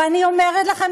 ואני אומרת לכם,